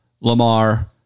Lamar